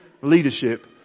leadership